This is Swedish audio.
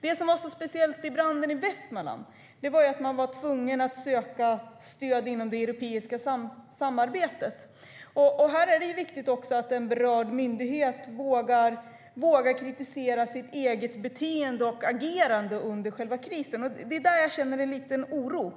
Det som var så speciellt vid branden i Västmanland var att man var tvungen att söka stöd inom det europeiska samarbetet. Här är det viktigt att berörd myndighet vågar kritisera sitt eget beteende och agerande under själva krisen. Det är där jag känner en liten oro.